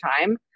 time